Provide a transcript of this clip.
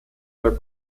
der